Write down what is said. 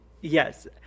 Yes